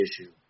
issue